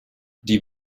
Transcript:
die